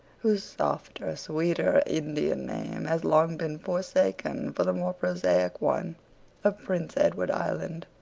whose softer, sweeter indian name has long been forsaken for the more prosaic one of prince edward island.